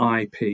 IP